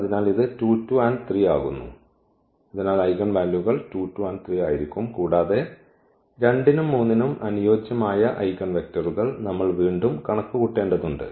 അതിനാൽ ഇത് 2 2 3 ആകുന്നു അതിനാൽ ഐഗൻ വാല്യൂകൾ 2 2 3 ആയിരിക്കും കൂടാതെ 2 നും 3 നും അനുയോജ്യമായ ഐഗൻവെക്റ്ററുകൾ നമ്മൾ വീണ്ടും കണക്കുകൂട്ടേണ്ടതുണ്ട്